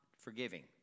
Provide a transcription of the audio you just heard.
forgiving